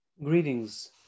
Greetings